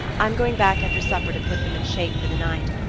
i'm going back after supper to put them in shape for the night.